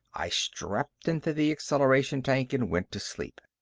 i strapped into the acceleration tank and went to sleep.